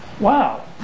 Wow